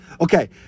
Okay